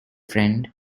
friend